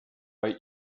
bei